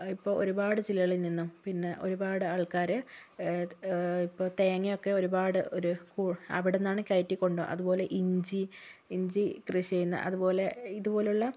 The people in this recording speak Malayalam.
ഇപ്പോൾ ഒരുപാട് ജില്ലകളിൽ നിന്നും പിന്നെ ഒരുപാട് ആൾക്കാർ ഇപ്പോൾ തേങ്ങയൊക്കെ ഒരുപാട് ഒരു അവിടെ നിന്നാണ് കയറ്റി കൊണ്ട് അതുപോലെ ഇഞ്ചി ഇഞ്ചി കൃഷി ചെയ്യുന്ന അതുപോലെ ഇതുപോലെയുള്ള